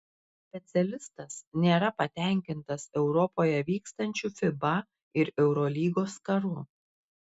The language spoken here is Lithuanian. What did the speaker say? specialistas nėra patenkintas europoje vykstančiu fiba ir eurolygos karu